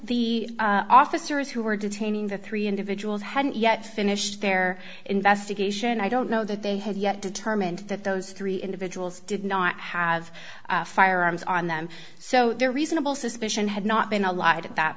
one the officers who were detaining the three individuals hadn't yet finished their investigation i don't know that they had yet determined that those three individuals did not have firearms on them so there are reasonable suspicion had not been allowed at that